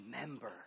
remember